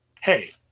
hey